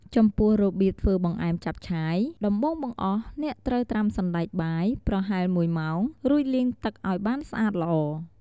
ចំពោះ របៀបធ្វើបង្អែមចាប់ឆាយ ដំបូងបង្អស់ អ្នកត្រូវ ត្រាំសណ្ដែកបាយ ប្រហែល ១ ម៉ោង រួចលាងទឹកឱ្យបានស្អាតល្អ។